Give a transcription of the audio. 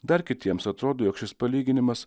dar kitiems atrodo jog šis palyginimas